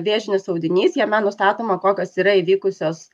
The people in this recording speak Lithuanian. vėžinis audinys jame nustatoma kokios yra įvykusios